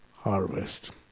Harvest